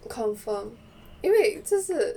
confirm 因为就是